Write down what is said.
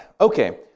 Okay